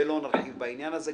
ולא נרחיב בעניין הזה.